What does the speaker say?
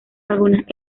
algunas